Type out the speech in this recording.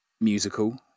musical